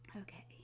okay